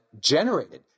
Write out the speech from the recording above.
generated